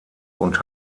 und